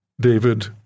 David